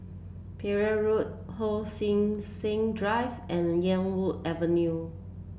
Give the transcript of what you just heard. Parry Road Hon Sui Sen Drive and Yarwood Avenue